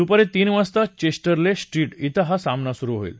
दुपारी तीन वाजता चेस्टर ले स्ट्रीट ब्रें हा सामना सुरु होईल